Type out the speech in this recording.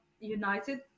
united